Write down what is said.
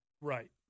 Right